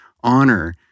honor